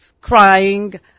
crying